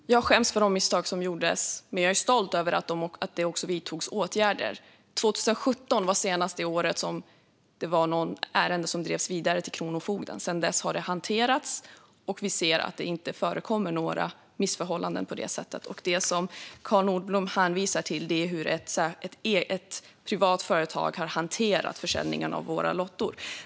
Fru talman! Jag skäms för de misstag som gjordes, men jag är stolt över att det vidtogs åtgärder. Senast något ärende drevs vidare till kronofogden var år 2017. Sedan dess har detta hanterats, och vi ser att det inte förekommer några missförhållanden på det sättet. Det som Carl Nordblom hänvisar till är hur ett privat företag har hanterat försäljningen av våra lotter.